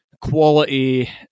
quality